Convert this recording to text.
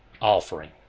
offering